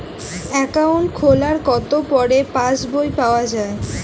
Account খোলার কতো পরে পাস বই পাওয়া য়ায়?